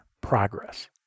progress